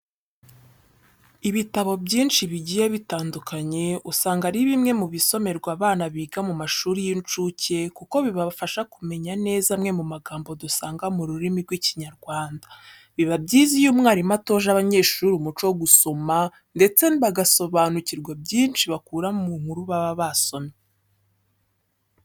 Ibitabo byinshi bigiye bitandukanye usanga ari bimwe mu bisomerwa abana biga mu mashuri y'incuke kuko bibafasha kumenya neza amwe mu magambo dusanga mu rurimi rw'Ikinyarwanda. Biba byiza iyo umwarimu atoje abanyeshuri umuco wo gusoma ndetse bagasobanukirwa byinshi bakura mu nkuru baba basomye.